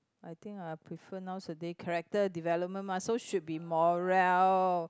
I think I prefer nowadays character development mah so should be moral